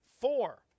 Four